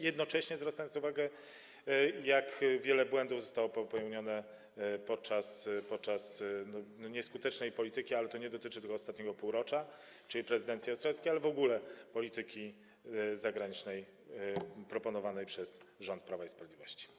Jednocześnie zwracam uwagę na to, jak wiele błędów zostało popełnionych w zakresie nieskutecznej polityki, ale to nie dotyczy tego ostatniego półrocza, czyli prezydencji austriackiej, ale w ogóle polityki zagranicznej proponowanej przez rząd Prawa i Sprawiedliwości.